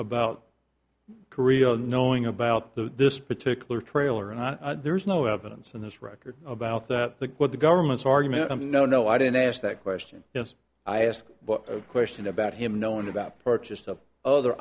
about korea knowing about though this particular trailer and there's no evidence in this record about that the what the government's argument i mean no no i didn't ask that question yes i asked a question about him knowing about purchase of other